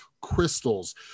crystals